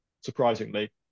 surprisingly